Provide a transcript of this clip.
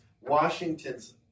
Washington's